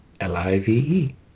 L-I-V-E